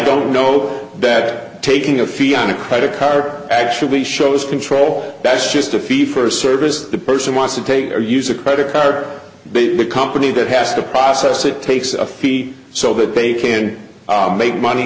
don't know that taking a fee on a quite a car actually shows control that's just a fee for service the person wants to take or use a credit card but the company that has to process it takes a fee so that they can make money